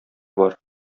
бар